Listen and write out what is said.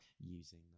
using